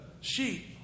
sheep